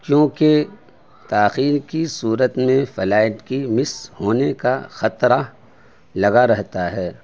کیونکہ تاخیر کی صورت میں فلائٹ کی مس ہونے کا خطرہ لگا رہتا ہے